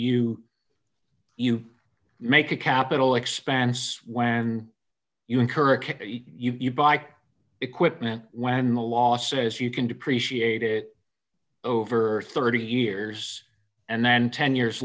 you you make a capital expense when you encourage you buy equipment when the law says you can depreciate it over thirty years and then ten years